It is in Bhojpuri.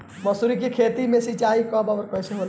मसुरी के खेती में सिंचाई कब और कैसे होला?